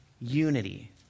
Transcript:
unity